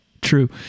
true